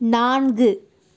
நான்கு